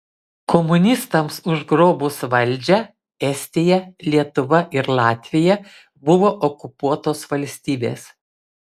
komunistams užgrobus valdžią estija lietuva ir latvija buvo okupuotos valstybės